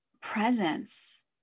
presence